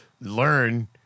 learn